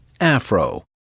afro